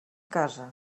casa